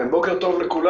כן, בוקר טוב לכולם.